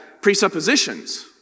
presuppositions